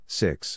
six